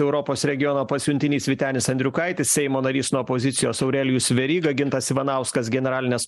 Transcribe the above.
europos regiono pasiuntinys vytenis andriukaitis seimo narys nuo opozicijos aurelijus veryga gintas ivanauskas generalinės